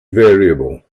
variable